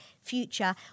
future